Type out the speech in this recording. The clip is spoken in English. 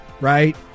right